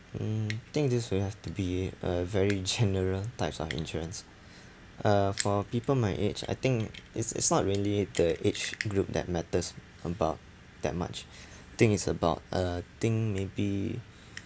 mm I think this will have to be a very general types of insurance uh for people my age I think it's it's not really the age group that matters about that much I think it's about uh think maybe